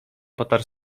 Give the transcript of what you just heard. potarł